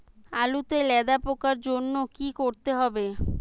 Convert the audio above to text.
আলুতে লেদা পোকার জন্য কি করতে হবে?